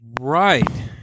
right